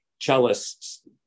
cellists